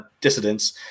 dissidents